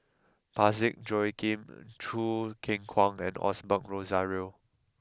Parsick Joaquim Choo Keng Kwang and Osbert Rozario